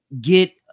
get